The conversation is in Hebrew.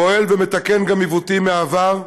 פועל ומתקן גם עיוותים מהעבר,